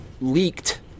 leaked